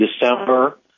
December